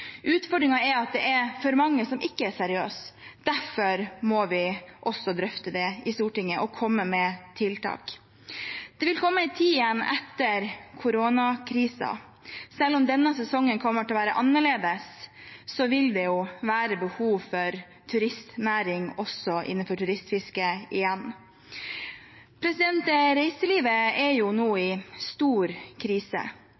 er at det er for mange som ikke er seriøse. Derfor må vi drøfte det i Stortinget og komme med tiltak. Det vil komme en tid etter koronakrisen. Selv om denne sesongen kommer til å være annerledes, vil det være behov for turistnæring også innenfor turistfisket igjen. Reiselivet er nå